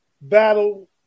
battle